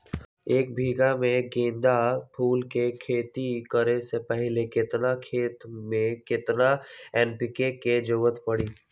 एक बीघा में गेंदा फूल के खेती करे से पहले केतना खेत में केतना एन.पी.के के जरूरत परी?